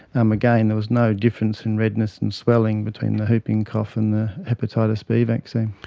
um again, there was no difference in redness and swelling between the whooping cough and the hepatitis b vaccine.